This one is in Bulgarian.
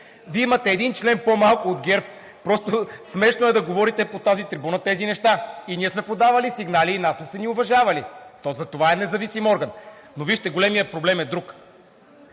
Вие имате един член по-малко от ГЕРБ, просто е смешно да говорите тези неща от тази трибуна. И ние сме подавали сигнали, и нас не са ни уважавали. То затова е независим орган! Но, вижте, големият проблем е друг.